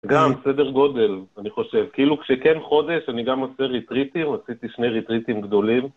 גם סדר גודל, אני חושב, כאילו כשכן חודש אני גם עושה ריטריטים, עשיתי שני ריטריטים גדולים.